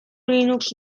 linux